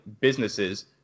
businesses